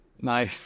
no